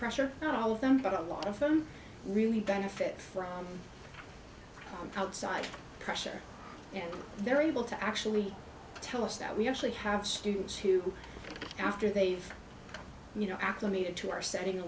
pressure not all of them but a lot of them really benefit from outside pressure and they're able to actually tell us that we actually have students who after they've you know acclimated to our setting a